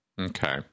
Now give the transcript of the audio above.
Okay